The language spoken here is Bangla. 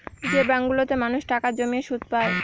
যে ব্যাঙ্কগুলোতে মানুষ টাকা জমিয়ে সুদ পায়